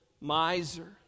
Miser